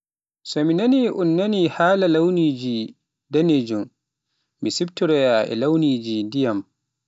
So mi nani un inni haala launiji ndanejum, e siptoroya e launiji ndiyam.